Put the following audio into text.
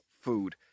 food